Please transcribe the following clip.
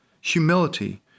Humility